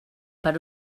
per